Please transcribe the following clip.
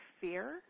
fear